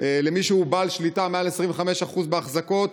מי שהוא בעל שליטה מעל 25% בהחזקות,